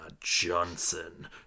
Johnson